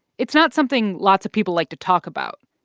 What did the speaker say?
it's not something lots of people like to talk about,